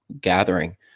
gathering